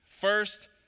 First